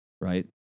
right